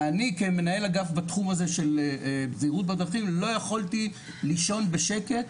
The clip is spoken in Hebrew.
ואני כמנהל אגף בתחום הזה של זהירות בדרכים לא יכולתי לישון בשקט